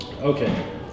okay